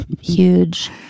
huge